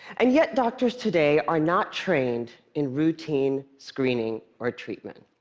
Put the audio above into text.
and yet, doctors today are not trained in routine screening or treatment.